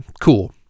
Cool